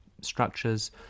structures